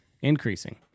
Increasing